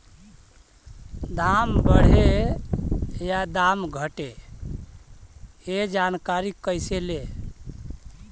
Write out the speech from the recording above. दाम बढ़े या दाम घटे ए जानकारी कैसे ले?